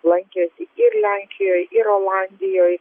lankėsi ir lenkijoj ir olandijoj